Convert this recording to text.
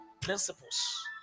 principles